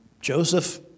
Joseph